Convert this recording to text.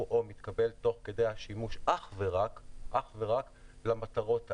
או מתקבל תוך כדי השימוש אך ורק למטרות האלה,